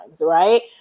Right